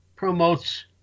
promotes